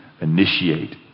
initiate